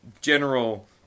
general